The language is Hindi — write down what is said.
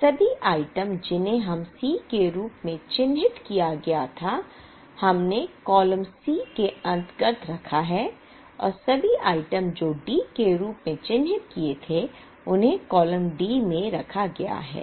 सभी आइटम जिन्हें हम C के रूप में चिह्नित किया गया था हमने कॉलम C के अंतर्गत रखा है और सभी आइटम जो D के रूप में चिह्नित हैं उन्हें कॉलम D में रखा गया है